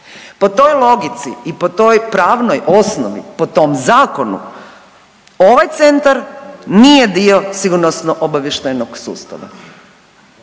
Po toj logici i po toj pravnoj osnovi, po tom Zakonu, ovaj Centar nije dio sigurnosno-obavještajnog sustava.